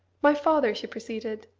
my father, she proceeded,